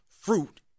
fruit